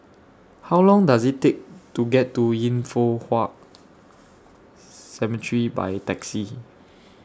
How Long Does IT Take to get to Yin Foh Cemetery By Taxi